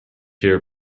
here